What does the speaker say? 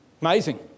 Amazing